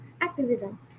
activism